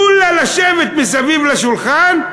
כולה לשבת מסביב לשולחן,